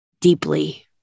deeply